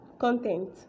content